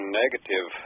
negative